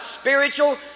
spiritual